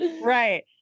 Right